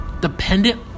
dependent